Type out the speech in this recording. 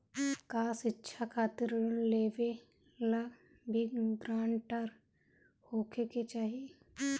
का शिक्षा खातिर ऋण लेवेला भी ग्रानटर होखे के चाही?